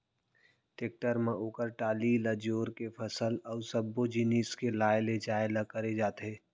tractor म ओकर trolley ल जोर के फसल अउ सब्बो जिनिस के लाय लेजाय ल करे जाथे